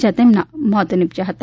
જયાં તેમના મોત નિપજ્યા હતા